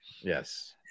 Yes